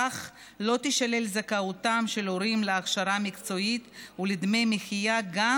כך לא תישלל זכאותם של הורים להכשרה מקצועית ולדמי מחיה גם